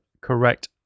correct